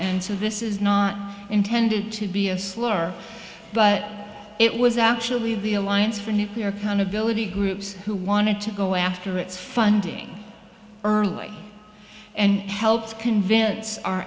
and so this is not intended to be a slur but it was actually the alliance for nuclear countability groups who wanted to go after its funding early and helped convince our